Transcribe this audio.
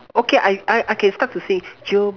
okay I I I can start to sing